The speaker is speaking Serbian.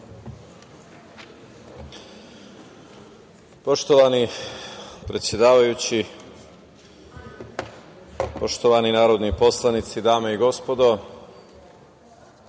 Poštovani predsedavajući, poštovani narodni poslanici, dame i gospodo,